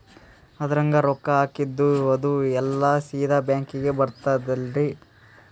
ಅದ್ರಗ ರೊಕ್ಕ ಹಾಕಿದ್ದು ಅದು ಎಲ್ಲಾ ಸೀದಾ ಬ್ಯಾಂಕಿಗಿ ಬರ್ತದಲ್ರಿ?